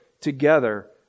together